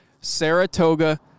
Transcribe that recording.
Saratoga